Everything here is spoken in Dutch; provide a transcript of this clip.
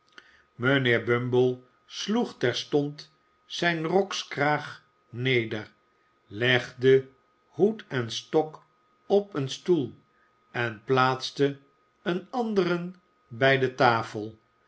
mijnheer bumble sloeg terstond zijn rokskraag neder legde hoed en stok op een stoel en plaatste een anderen bij de tafel